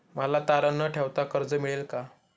मला तारण न ठेवता कर्ज मिळेल का?